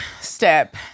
step